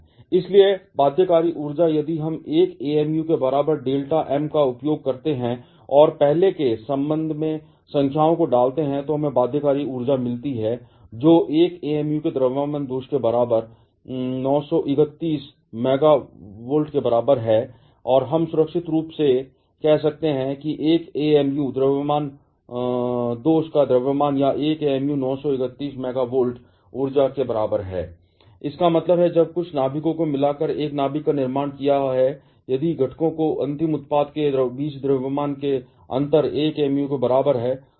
इसलिए बाध्यकारी ऊर्जा यदि हम 1 amu के बराबर डेल्टा एम का उपयोग करते हैं और पहले के संबंध में संख्याओं को डालते हैं तो हमें बाध्यकारी ऊर्जा मिलती है जो 1 amu के द्रव्यमान दोष के बराबर है 931 MeV के बराबर है या हम सुरक्षित रूप से कह सकते हैं कि 1 amu द्रव्यमान दोष का द्रव्यमान या 1 एमयू 931 MeV ऊर्जा के बराबर है इसका मतलब है जब भी कुछ नाभिकों ने मिलकर एक नाभिक का निर्माण किया है यदि घटकों और अंतिम उत्पाद के बीच द्रव्यमान का अंतर 1 amu के बराबर है